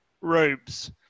robes